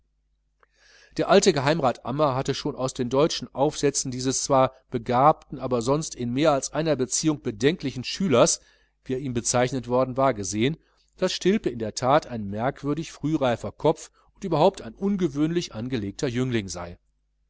der alte geheimrat ammer hatte schon aus den deutschen aufsätzen dieses zwar begabten aber sonst in mehr als einer beziehung bedenklichen schülers wie er ihm bezeichnet worden war gesehen daß stilpe in der that ein merkwürdig frühreifer kopf und überhaupt ein ungewöhnlich angelegter jüngling sei